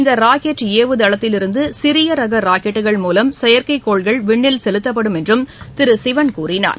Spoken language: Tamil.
இந்த ராக்கெட் ஏவுதளத்திலிருந்து சிறிய ரக ராக்கெட்கள் மூலம் செயற்கைக் கோள்கள் விண்ணில் செலுத்தப்படும் என்றும் திரு சிவன் கூறினார்